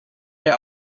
der